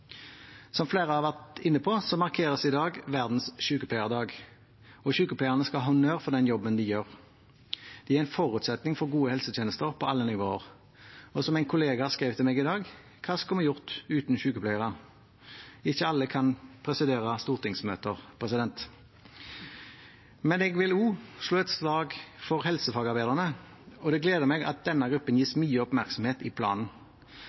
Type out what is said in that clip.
Som flere har vært inne på, markeres i dag den internasjonale sykepleierdagen, og sykepleierne skal ha honnør for den jobben de gjør. Det er en forutsetning for gode helsetjenester på alle nivåer. Og som en kollega skrev til meg i dag: Hva skulle vi gjort uten sykepleiere? Ikke alle kan presidere stortingsmøter, president! Men jeg vil også slå et slag for helsefagarbeiderne, og det gleder meg at denne gruppen gis mye oppmerksomhet i planen.